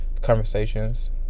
conversations